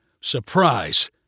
surprise